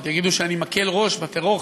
עוד יגידו שאני מקל ראש בטרור,